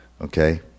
Okay